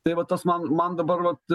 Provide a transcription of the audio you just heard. tai vat tas man man dabar vat